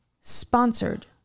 Sponsored